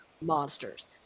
monsters